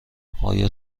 آیا